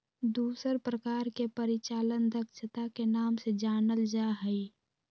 दूसर प्रकार के परिचालन दक्षता के नाम से जानल जा हई